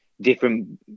different